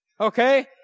Okay